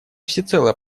всецело